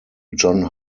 john